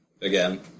Again